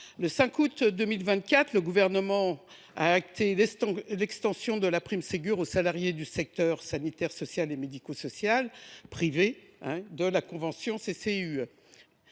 Le 5 août 2024, le Gouvernement a acté l’extension de cette prime aux salariés du secteur sanitaire, social et médico social privé relevant de la convention